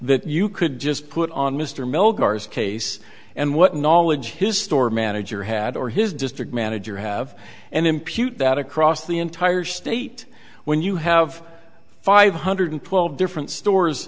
that you could just put on mr mill gars case and what knowledge his store manager had or his district manager have and impute that across the entire state when you have five hundred twelve different stores